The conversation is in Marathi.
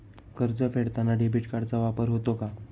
कर्ज फेडताना डेबिट कार्डचा वापर होतो का?